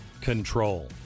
control